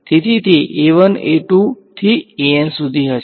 તેથી તે થી સુધી હશે